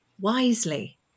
wisely